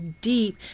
deep